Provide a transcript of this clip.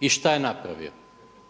I šta je napravio?